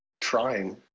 trying